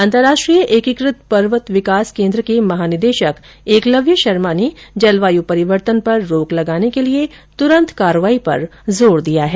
अंतर्राष्ट्रीय एकीकृत पर्वत विकास केन्द्र के महानिदेशक एकलव्य शर्मा ने जलवायु परिवर्तन पर रोक लगाने के लिए तुरन्त कार्रवाई पर जोर दिया है